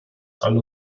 alle